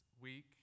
week